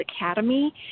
Academy